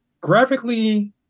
graphically